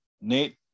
Nate